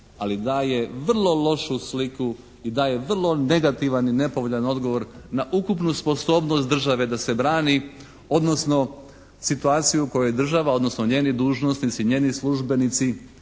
ali daje vrlo lošu sliku i daje vrlo negativan i nepovoljan odgovor na ukupnu sposobnost države da se brani odnosno situaciju u kojoj je država odnosno njeni dužnosnici, njeni službenici,